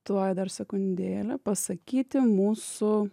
tuoj dar sekundėlę pasakyti mūsų